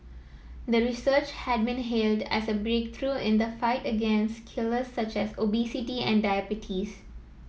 the research had been hailed as a breakthrough in the fight against killers such as obesity and diabetes